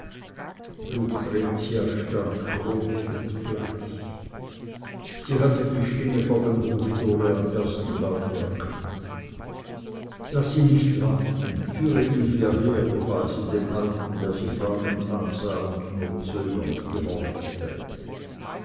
lucretia stand groß und bleich sie hatte die stimme vor dem hoftore am ersten laute erkannt laß ihn nicht warten führe ihn hieher befahl sie dem alten der sie fragend ansah und nur zögernd gehorchte